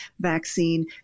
vaccine